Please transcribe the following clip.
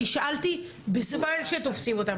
אני שאלתי בזמן שתופסים אותם,